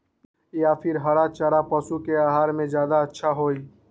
या फिर हरा चारा पशु के आहार में ज्यादा अच्छा होई?